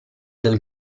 del